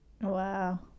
Wow